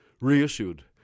reissued